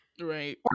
Right